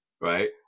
right